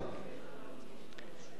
תתקזז,